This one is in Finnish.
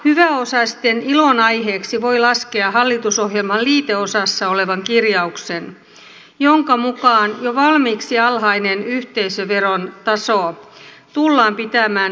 hyväosaisten ilonaiheeksi voi laskea hallitusohjelman liiteosassa olevan kirjauksen jonka mukaan jo valmiiksi alhainen yhteisöveron taso tullaan pitämään kilpailukykyisenä